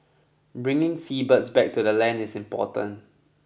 bringing seabirds back to the land is important